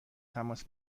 تماس